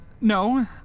No